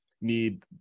need